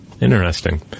Interesting